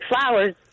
flowers